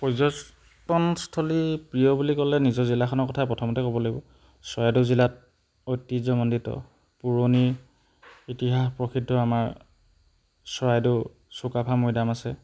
পৰ্যটনস্থলী প্ৰিয় বুলি ক'লে নিজৰ জিলাখনৰ কথাই প্ৰথমতে ক'ব লাগিব চৰাইদেউ জিলাত ঐতিহ্যমণ্ডিত পুৰণি ইতিহাস প্ৰসিদ্ধ আমাৰ চৰাইদেউ চুকাফা মৈদাম আছে